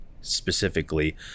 specifically